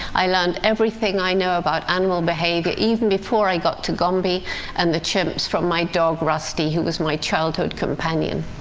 i learned everything i know about animal behavior even before i got to gombe and the chimps from my dog, rusty, who was my childhood companion.